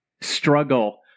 struggle